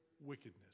wickedness